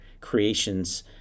creations